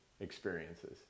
Experiences